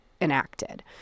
enacted